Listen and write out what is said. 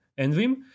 Envim